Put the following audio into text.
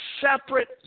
separate